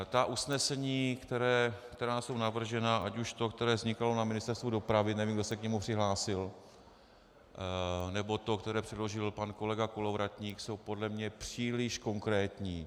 Ta usnesení, která jsou navržená, ať už to, které vznikalo na Ministerstvu dopravy, nevím, kdo se k němu přihlásil, nebo to, které předložil pan kolega Kolovratník, jsou podle mě příliš konkrétní.